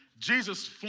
Jesus